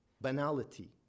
banality